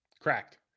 cracked